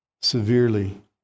severely